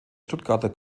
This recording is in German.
stuttgarter